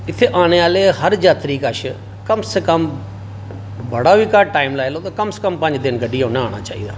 इत्थै आने आहले हर यात्री कश कम से कम बड़ा बी घट्ट टाइम लाई लैओ कम से कम पंज दिन कडढियै उनें औना चाहिदा